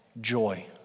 joy